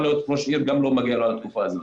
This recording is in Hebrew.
להיות ראש עיר וגם לא מגיע לו על התקופה הזו.